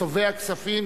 צובע כספים,